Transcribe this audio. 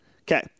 Okay